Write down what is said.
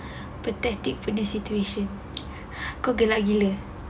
pathetic punya situation aku gelak gila